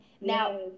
now